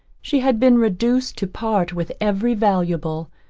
she had been reduced to part with every valuable,